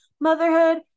Motherhood